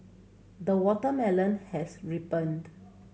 the watermelon has ripened